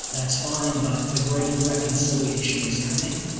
that's fine. but the grand reconciliation is coming